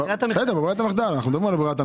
בסדר, אנחנו מדברים על ברירת המחדל.